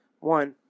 One